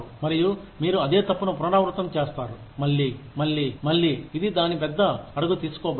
మరియు మీరు అదే తప్పును పునరావృతం చేస్తారు మళ్లీ మళ్లీ మళ్లీ ఇది దాని పెద్ద అడుగు తీసుకోబడింది